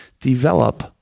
develop